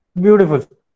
Beautiful